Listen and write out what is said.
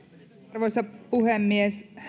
arvoisa puhemies